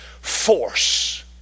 force